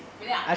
oh ya